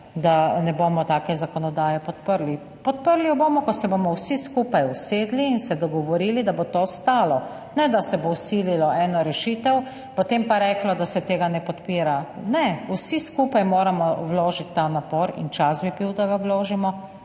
da ne bomo take zakonodaje podprli. Podprli jo bomo, ko se bomo vsi skupaj usedli in se dogovorili, da bo to stalo, ne pa, da se bo vsililo eno rešitev, potem pa reklo, da se tega ne podpira. Ne, vsi skupaj moramo vložiti ta napor in čas bi bil, da ga vložimo,